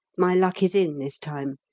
my luck is in this time.